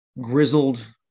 grizzled